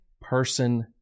person